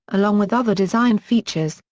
along with other design features,